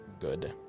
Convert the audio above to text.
good